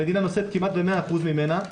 המדינה נושאת כמעט ב-100% ממנה,